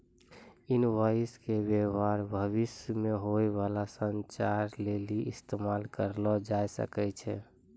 invoice के व्य्वहार भविष्य मे होय बाला संचार लेली इस्तेमाल करलो जाबै सकै छै